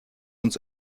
uns